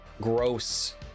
gross